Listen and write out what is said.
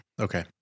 Okay